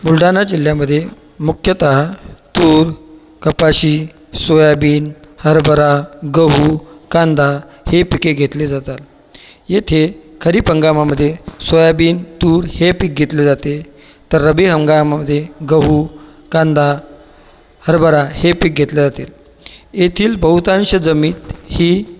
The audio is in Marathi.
बुलढाणा जिल्ह्यामध्ये मुख्यतः तूर कपाशी सोयाबीन हरभरा गहू कांदा हे पिके घेतले जातात येथे खरीप हंगामामध्ये सोयाबीन तूर हे पीक घेतले जाते तर रबी हंगामामध्ये गहू कांदा हरबरा हे पीक घेतले जाते येथील बहुतांश जमीन ही